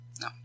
No